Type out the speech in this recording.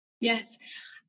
Yes